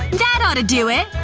that ought to do it!